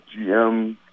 GM